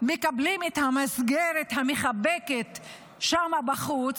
מקבלים את המסגרת המחבקת שם בחוץ,